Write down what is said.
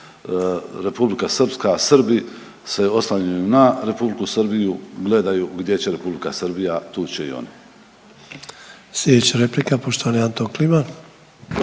Republika Srpska Srbi se oslanjaju na Republiku Srbiju, gledaju gdje će Republika Srbija tu će i oni.